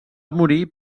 morir